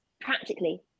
Practically